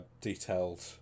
detailed